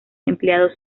empleados